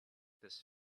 this